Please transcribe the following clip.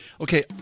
okay